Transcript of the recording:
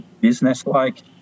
business-like